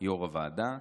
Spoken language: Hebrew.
יו"ר הוועדה,